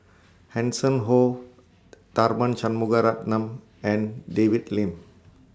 Hanson Ho Tharman Shanmugaratnam and David Lim